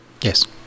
Yes